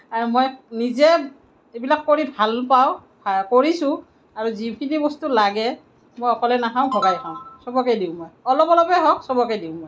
আৰু মই নিজে এইবিলাক কৰি ভাল পাওঁ কৰিছোঁ আৰু যিখিনি বস্তু লাগে মই অকলে নাখাওঁ ভগাই খাওঁ সবকে দিওঁ মই অলপ অলপেই হওঁক সবকে দিওঁ মই